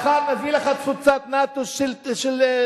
מחר נביא לך תפוצת נאט"ו של תלונות.